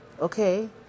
okay